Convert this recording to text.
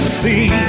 see